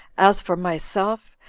as for myself,